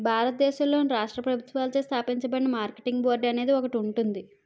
భారతదేశంలోని రాష్ట్ర ప్రభుత్వాలచే స్థాపించబడిన మార్కెటింగ్ బోర్డు అనేది ఒకటి ఉంటుంది